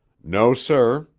no, sir.